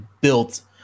built